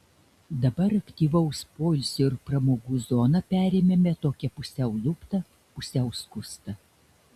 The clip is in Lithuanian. dabar aktyvaus poilsio ir pramogų zoną perėmėme tokią pusiau luptą pusiau skustą